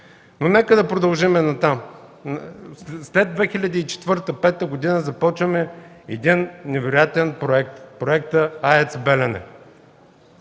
Но нека да продължим натам. След 2004-2005 г. започваме един невероятен проект – проекта АЕЦ „Белене”.